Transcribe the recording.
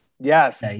Yes